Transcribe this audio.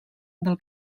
del